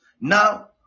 now